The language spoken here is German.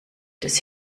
des